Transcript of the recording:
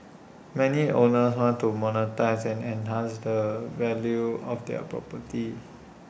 many owners want to monetise and enhance the value of their property